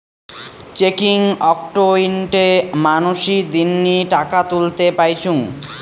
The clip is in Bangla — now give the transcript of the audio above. চেকিং অক্কোউন্টে মানসী দিননি টাকা তুলতে পাইচুঙ